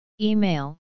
Email